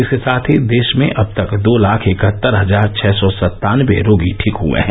इसके साथ ही देश में अब तक दो लाख इकहत्तर हजार छह सौ सत्तानवे रोगी ठीक हए हैं